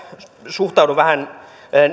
suhtaudun vähän